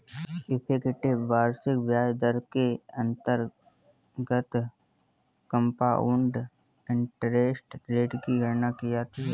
effective वार्षिक ब्याज दर के अंतर्गत कंपाउंड इंटरेस्ट रेट की गणना की जाती है